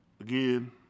Again